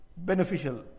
beneficial